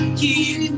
keep